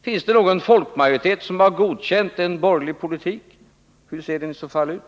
Finns det någon folkmajoritet som har godkänt en borgerlig politik? Hur ser den i så fall ut?